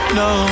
no